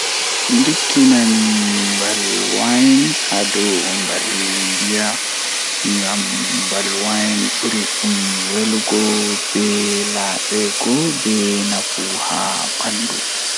Ko ɗuum ɗum faamataa no waɗata baɗtuɗo ngol, sabu ɓeen ɗuum njippeeɗi ɗum no waɗi goonga. So waɗi e naatugol mawɗi, ngam neɗɗo ɓe njogiri e laabi maa e njohi maa, ɓe njari ɗum no waɗi gooto ɗe fami ko a woodi ko waawataa.